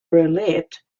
relate